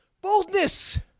Boldness